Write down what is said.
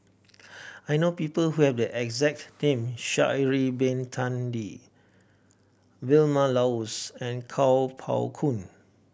I know people who have the exact name Sha'ari Bin Tadin Vilma Laus and Kuo Pao Kun